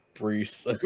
Bruce